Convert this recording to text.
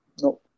no